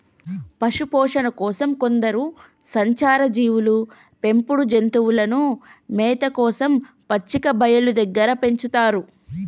పశుపోషణ కోసం కొందరు సంచార జీవులు పెంపుడు జంతువులను మేత కోసం పచ్చిక బయళ్ళు దగ్గర పెంచుతారు